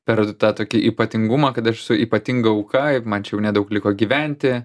per tą tokį ypatingumą kad aš esu ypatinga auka ir man čia jau nedaug liko gyventi